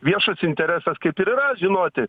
viešas interesas kaip ir yra žinoti